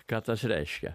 ką tas reiškia